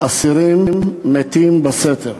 "אסירים מתים בסתר".